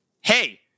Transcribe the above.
Hey